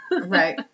Right